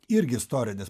irgi istorinis